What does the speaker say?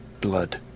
blood